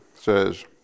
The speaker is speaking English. says